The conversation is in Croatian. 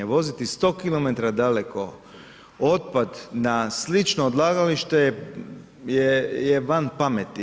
Voziti 100km daleko otpad na slično odlagalište je van pameti.